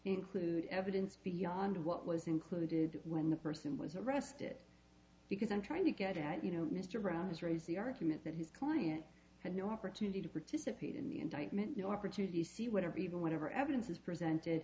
include evidence beyond what was included when the person was arrested because i'm trying to get at you know mr brown has raised the argument that his client had no opportunity to participate in the indictment no opportunity to see whatever evil whatever evidence is presented